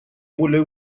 более